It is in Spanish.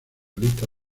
lista